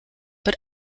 but